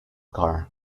car